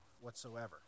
whatsoever